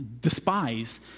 despise